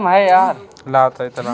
कीट संबंधित दवाएँ क्या हैं?